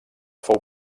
fou